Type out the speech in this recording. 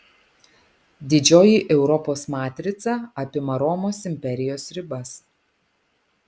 didžioji europos matrica apima romos imperijos ribas